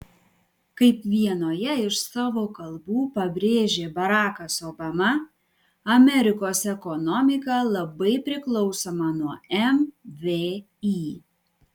kaip vienoje iš savo kalbų pabrėžė barakas obama amerikos ekonomika labai priklausoma nuo mvį